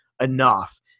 enough